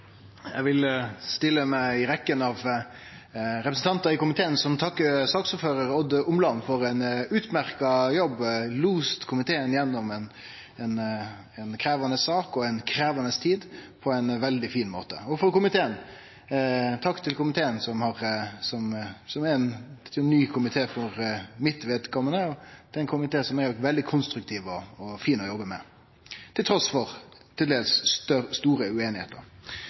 Eg vil stille meg i rekkja av representantar i komiteen som takkar saksordførar Odd Omland for ein utmerkt jobb. Han har lost komiteen gjennom ei krevjande sak og ei krevjande tid på ein veldig fin måte. Og takk til komiteen, ein ny komité for mitt vedkommande, det er ein komité som er veldig konstruktiv og fin å jobbe med, trass i til dels